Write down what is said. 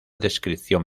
descripción